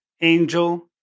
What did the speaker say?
Angel